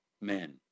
men